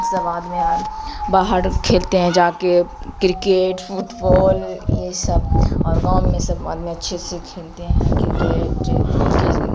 سب آدمی اور باہڑ کھیلتے ہیں جا کے کرکٹ فٹ بال یہ سب اور گاؤں میں سب آدمی اچھے سے کھیلتے ہیں کرکٹ اتنی کہ